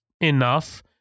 enough